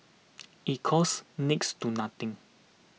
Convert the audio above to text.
it costs next to nothing